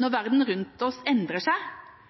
Når verden rundt oss endrer seg,